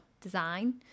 design